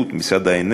משרד האנרגיה,